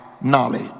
knowledge